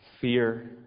fear